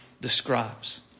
describes